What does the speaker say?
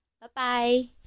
Bye-bye